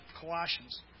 Colossians